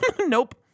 Nope